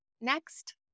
next